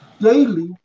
daily